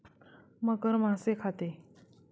मगर मासे खाते